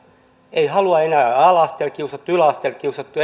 he halua enää ammattikouluun kun on ala asteella kiusattu yläasteella kiusattu